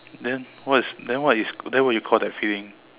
then what's then what is then what you call that feeling